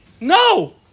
No